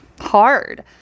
hard